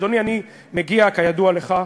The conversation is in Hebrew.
אדוני, אני מגיע, כידוע לך,